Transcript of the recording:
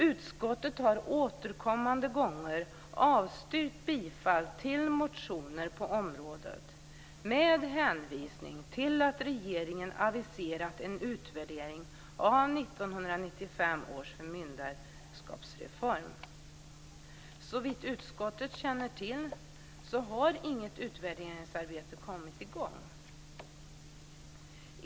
Utskottet har återkommande gånger avstyrkt bifall till motioner på området med hänvisning till att regeringen aviserat en utvärdering av 1995 års förmyndarskapsreform. Såvitt utskottet känner till har inget utvärderingsarbete kommit i gång.